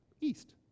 east